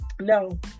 No